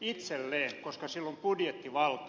itselleen koska sillä on budjettivalta